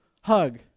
hug